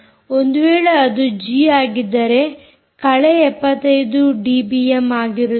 ಒಂದು ವೇಳೆ ಅದು ಜಿ ಆಗಿದ್ದರೆ ಕಳೆ 75 ಡಿಬಿಎಮ್ ಆಗಿರುತ್ತದೆ